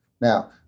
Now